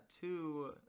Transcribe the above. two